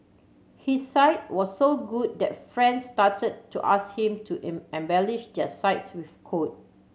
his site was so good that friends started to ask him to embellish their sites with code